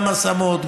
גם השמות,